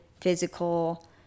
physical